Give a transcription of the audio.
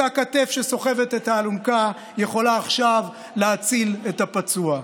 אותה כתף שסוחבת את האלונקה יכולה עכשיו להציל את הפצוע.